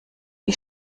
die